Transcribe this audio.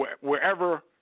wherever